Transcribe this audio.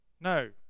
No